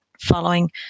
following